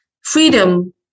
freedom